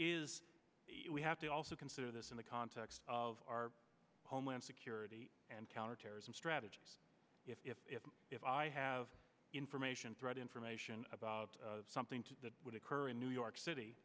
is we have to also consider this in the context of our homeland security and counterterrorism strategy if if if if i have information threat information about something to that would occur in new york